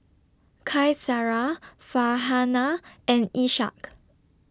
Qaisara Farhanah and Ishak